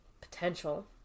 potential